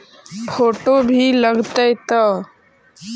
Photo भी लग तै?